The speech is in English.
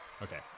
Okay